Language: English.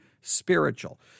spiritual